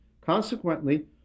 Consequently